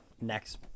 next